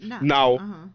Now